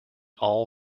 all